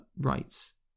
rights